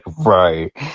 Right